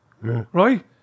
right